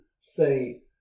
say